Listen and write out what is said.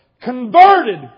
converted